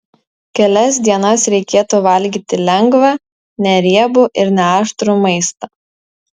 kelias dienas reikėtų valgyti lengvą neriebų ir neaštrų maistą